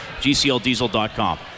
GCLDiesel.com